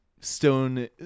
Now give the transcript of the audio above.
stone